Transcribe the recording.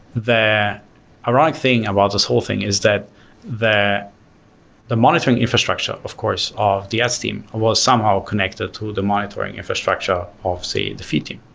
the ironic thing and about this whole thing is that the the monitoring infrastructure of course of the ads team was somehow connected to the monitoring infrastructure of say, the feed team.